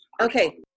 Okay